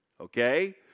okay